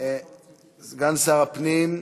סגן שר הפנים,